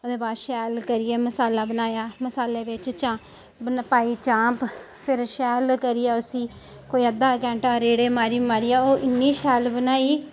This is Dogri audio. ओह्दे बाद शैल करियै मसाला बनाया मसाले बिच चाम्प मतलब पाई चाम्प फिर शैल करियै उसी कोई अद्धा घैंटा रेडे़ मारी मारियै ओह् इन्नी शैल बनाई